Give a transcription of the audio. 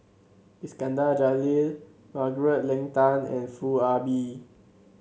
Iskandar Jalil Margaret Leng Tan and Foo Ah Bee